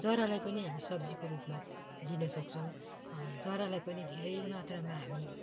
जरालाई पनि हामी सब्जीको रूपमा लिन सक्छौँ जरालाई पनि धेरै मात्रमा हामी